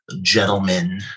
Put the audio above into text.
gentlemen